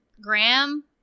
graham